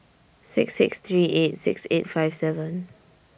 six six three eight six eight five seven